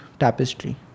tapestry